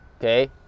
Okay